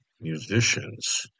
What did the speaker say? musicians